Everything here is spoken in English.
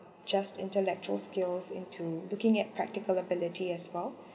just intellectual skills into looking at practical ability as well